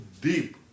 deep